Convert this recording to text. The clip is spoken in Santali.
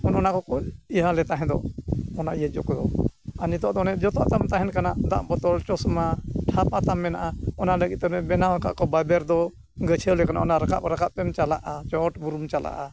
ᱚᱱᱮ ᱚᱱᱟ ᱠᱚᱠᱚ ᱤᱭᱟᱹ ᱟᱞᱮ ᱛᱟᱦᱮᱸᱫ ᱫᱚ ᱚᱱᱟ ᱤᱭᱟᱹ ᱡᱚᱠᱷᱚᱮᱡ ᱟᱨ ᱱᱤᱛᱳᱜ ᱫᱚ ᱚᱱᱮ ᱡᱚᱛᱚᱣᱟᱜ ᱛᱟᱢ ᱛᱟᱦᱮᱱ ᱠᱟᱱᱟ ᱫᱟᱜ ᱵᱚᱛᱚᱞ ᱪᱚᱥᱢᱟ ᱪᱷᱟᱛᱟ ᱛᱟᱢ ᱢᱮᱱᱟᱜᱼᱟ ᱚᱱᱟ ᱞᱟᱹᱜᱤᱫ ᱛᱮ ᱚᱱᱮ ᱵᱮᱱᱟᱣ ᱟᱠᱟᱫ ᱠᱚ ᱵᱟᱵᱮᱨ ᱫᱚ ᱜᱚᱪᱷᱚ ᱞᱮᱠᱟᱱᱟᱜ ᱚᱱᱟ ᱨᱟᱠᱟᱵ ᱨᱟᱠᱟᱵ ᱛᱮᱢ ᱪᱟᱞᱟᱜᱼᱟ ᱪᱚᱴ ᱵᱩᱨᱩᱢ ᱪᱟᱞᱟᱜᱼᱟ